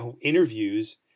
interviews